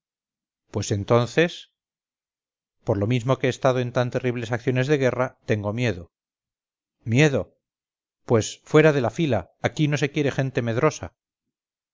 pues entonces por lo mismo que he estado en tan terribles acciones de guerra tengo miedo miedo pues fuera de la fila aquí no se quiere gente medrosa